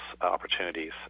opportunities